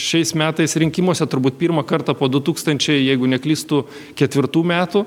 šiais metais rinkimuose turbūt pirmą kartą po du tūkstančiai jeigu neklystu ketvirtų metų